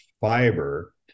fiber